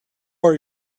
are